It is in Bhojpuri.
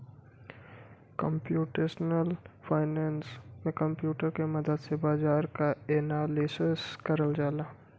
कम्प्यूटेशनल फाइनेंस में कंप्यूटर के मदद से बाजार क एनालिसिस करल जाला